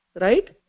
right